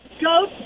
go